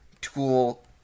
tool-